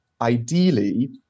ideally